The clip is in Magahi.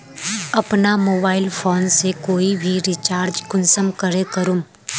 अपना मोबाईल फोन से कोई भी रिचार्ज कुंसम करे करूम?